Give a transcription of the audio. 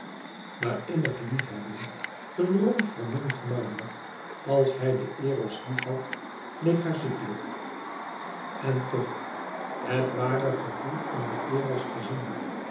maar innig liefhebben een romp verminkt marmer als hij den eros liefhad leek haarziekelijk en toch het ware gevoel om den eros te zien